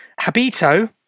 Habito